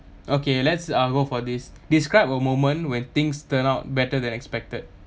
okay let's uh go for this describe a moment when things turn out better than expected